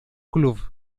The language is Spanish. clube